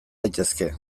daitezke